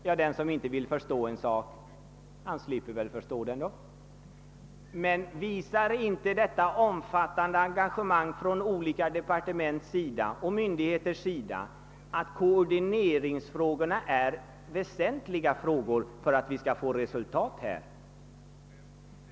Men den som inte vill förstå en sak slipper väl förstå den. Visar inte detta omfattande engagemang av olika departement och myndigheter att koordineringsfrågorna är väsentliga då det gäller att uppnå resultat?